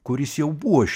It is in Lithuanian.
kuris jau buvo iš